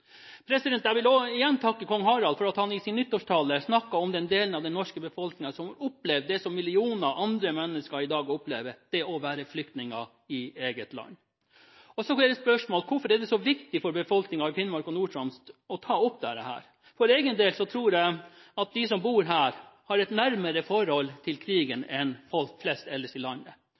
Jeg vil igjen takke kong Harald for at han i sin nyttårstale snakket om den delen av den norske befolkningen som har opplevd det som millioner andre mennesker i dag opplever – det å være flyktninger i eget land. Så er spørsmålet: Hvorfor er det så viktig for befolkningen i Finnmark og Nord-Troms å ta opp dette? For egen del tror jeg at vi som bor der, har et nærere forhold til krigen enn folk ellers i landet.